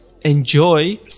enjoy